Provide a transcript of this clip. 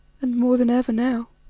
and more than ever now,